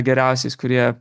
geriausiais kurie